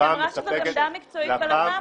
אני מדברת על עמדה מקצועית של לפ"ם.